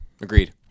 agreed